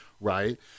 right